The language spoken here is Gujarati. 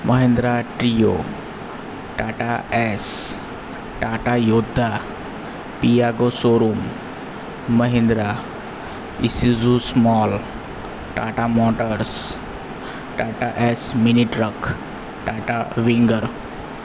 Mahindra Treo Tata Ace Tata Yodha Piaggio showroom Mahindra Isuzu small Tata Motors Tata Ace mini truck Tata Winger